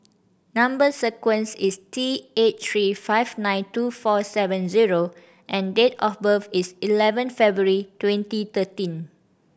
number sequence is T eight three five nine two four seven zero and date of birth is eleven February twenty thirteen